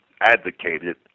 advocated